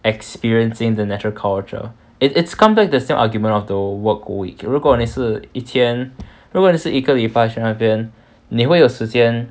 experiencing the natural culture it it's come back to the same argument of the work week 如果你是一天如果你是一个礼拜去那边你会有时间